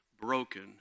broken